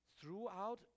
throughout